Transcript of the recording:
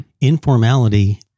Informality